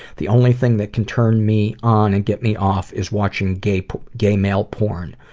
the only thing that can turn me on and get me off is watching gay but gay male porn.